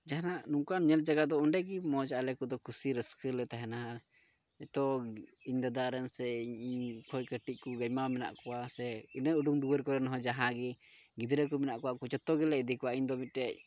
ᱡᱟᱦᱟᱱᱟᱜ ᱱᱚᱝᱠᱟᱱ ᱧᱮᱞ ᱡᱟᱭᱜᱟ ᱫᱚ ᱚᱸᱰᱮ ᱜᱮ ᱢᱚᱡᱽ ᱟᱞᱮ ᱠᱚᱫᱚ ᱠᱩᱥᱤ ᱨᱟᱹᱥᱠᱟᱹ ᱜᱮᱞᱮ ᱛᱟᱦᱮᱱᱟ ᱡᱚᱛᱚ ᱤᱧ ᱫᱟᱫᱟ ᱨᱮᱱ ᱥᱮ ᱤᱧ ᱠᱷᱚᱡ ᱠᱟᱹᱴᱤᱡ ᱠᱚ ᱟᱭᱢᱟ ᱢᱮᱱᱟᱜ ᱠᱚᱣᱟ ᱥᱮ ᱤᱱᱟᱹ ᱩᱰᱩᱠ ᱫᱩᱣᱟᱹᱨ ᱠᱚᱨᱮᱱ ᱦᱚᱸ ᱡᱟᱦᱟᱸ ᱜᱮ ᱜᱤᱫᱽᱨᱟᱹ ᱠᱚ ᱢᱮᱱᱟᱜ ᱠᱚᱣᱟ ᱩᱱᱠᱩ ᱡᱚᱛᱚ ᱜᱮᱞᱮ ᱤᱫᱤ ᱠᱚᱣᱟ ᱤᱧᱫᱚ ᱢᱤᱫᱴᱮᱡ